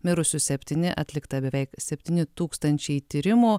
mirusių septyni atlikta beveik septyni tūkstančiai tyrimų